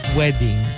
wedding